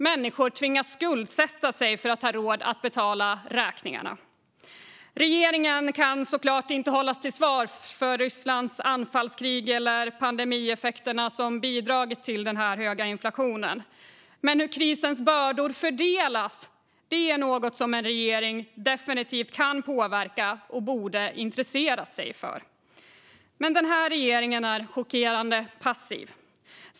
Människor tvingas skuldsätta sig för att ha råd att betala räkningarna. Regeringen kan såklart inte hållas ansvarig för Rysslands anfallskrig eller pandemieffekterna som bidragit till den höga inflationen. Men hur krisens bördor fördelas är något som en regering definitivt kan påverka och borde intressera sig för. Den här regeringen är dock chockerande passiv.